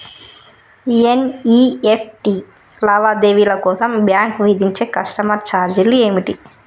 NEFT లావాదేవీల కోసం bank విధించే కస్టమర్ ఛార్జీలు ఏమిటి?